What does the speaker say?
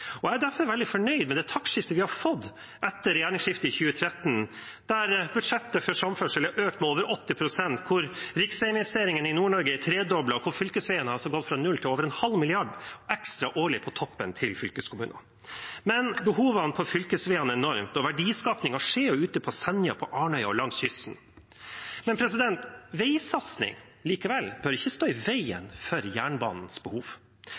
derfor veldig fornøyd med det taktskiftet vi har fått etter regjeringsskiftet i 2013, der budsjettet for samferdsel er økt med over 80 pst., der riksveiinvesteringene i Nord-Norge er tredoblet, og der fylkesveiene har gått fra null til over en halv milliard kroner ekstra årlig på toppen til fylkeskommunene. Behovet på fylkesveiene er enormt, og verdiskapingen skjer ute på Senja, på Arnøya og langs kysten, men veisatsing bør ikke stå i veien for jernbanens behov.